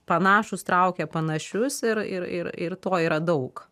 panašūs traukia panašius ir ir ir ir to yra daug